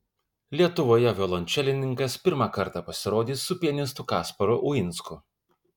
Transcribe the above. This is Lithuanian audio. lietuvoje violončelininkas pirmą kartą pasirodys su pianistu kasparu uinsku